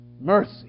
mercy